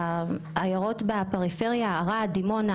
הערים בפריפריה ערד, דימונה